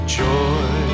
joy